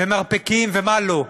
ומרפקים ומה לא.